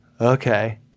Okay